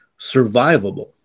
survivable